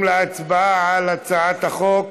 עוברים להצבעה על הצעת חוק